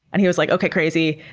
and he was like, okay, crazy,